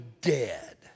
dead